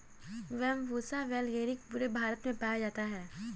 Bambusa vulgaris पूरे भारत में पाया जाता है